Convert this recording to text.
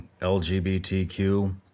LGBTQ